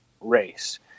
race